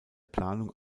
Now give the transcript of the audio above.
planung